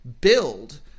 build